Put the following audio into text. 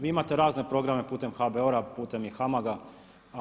Vi imate razne programe putem HBOR-a, putem i HAMAG-a.